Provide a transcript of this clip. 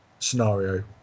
scenario